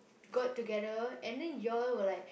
got together and then you all were like